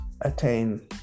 attain